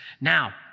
Now